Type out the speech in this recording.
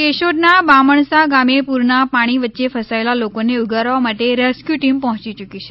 કેશોદના બામણસા ગામે પૂરના પાણી વચ્ચે ફસાયેલા લોકોને ઊગારવા માટે રેસક્યૂ ટિમ પહોચી યૂકી છે